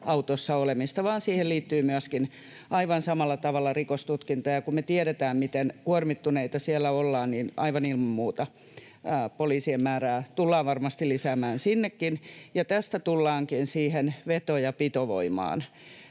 partioautossa olemista, vaan siihen liittyy myöskin aivan samalla tavalla rikostutkinta, ja kun me tiedetään, miten kuormittuneita siellä ollaan, niin aivan ilman muuta poliisien määrää tullaan varmasti lisäämään sinnekin. Tästä tullaankin siihen veto- ja pitovoimaan,